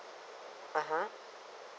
(uh huh)